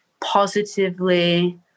positively